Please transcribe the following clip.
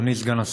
אדוני סגן השר,